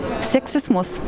Sexismus